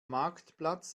marktplatz